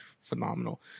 phenomenal